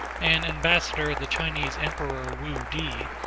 an ambassador of the chinese emperor, wu ti,